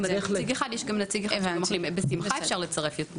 יש מכל תחום נציג אחד, אבל בשמחה אפשר לצרף יותר.